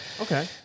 Okay